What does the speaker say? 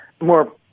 more